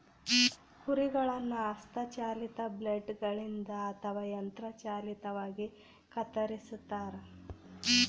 ಕುರಿಗಳನ್ನು ಹಸ್ತ ಚಾಲಿತ ಬ್ಲೇಡ್ ಗಳಿಂದ ಅಥವಾ ಯಂತ್ರ ಚಾಲಿತವಾಗಿ ಕತ್ತರಿಸ್ತಾರ